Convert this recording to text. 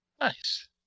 Nice